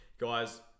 guys